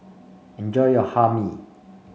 enjoy your Hae Mee